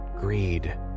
greed